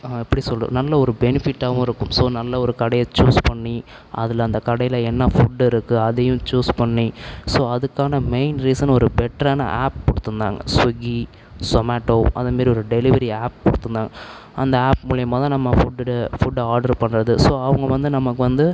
எப்படி சொல்கிறது நல்ல ஒரு பெனிஃபிட்டாகவும் இருக்கும் ஸோ நல்ல ஒரு கடையை சூஸ் பண்ணி அதில் அந்த கடையில் என்ன ஃபுட் இருக்குது அதையும் சூஸ் பண்ணி ஸோ அதுக்கான மெயின் ரீசன் ஒரு பெட்டரான ஆப் கொடுத்துருந்தாங்க ஸ்விகி சொமேட்டோ அது மாரி ஒரு டெலிவரி ஆப் கொடுத்துருந்தாங்க அந்த ஆப் மூலயமா தான் நம்ம ஃபுட்டு ஃபுட்டு ஆட்ரு பண்ணுறது ஸோ அவங்க வந்து நமக்கு வந்து